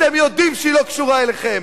אתם יודעים שהיא לא קשורה אליכם.